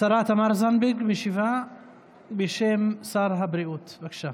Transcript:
השרה תמר זנדברג משיבה בשם שר הבריאות, בבקשה.